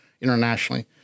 internationally